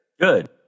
Good